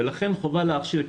לכן חובה להכשיר.